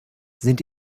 sind